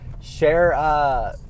Share